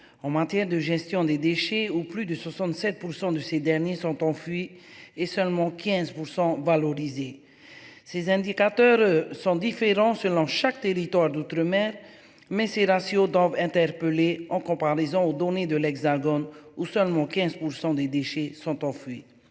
on maintien de gestion des déchets ou plus de 67% de ces derniers sont enfuis et seulement 15% valoriser ces indicateurs sont différents selon chaque territoire d'outre-, mer. Mais ces ratios dans interpellé en comparaison aux données de l'Hexagone, où seulement 15% des déchets sont enfouis.